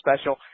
special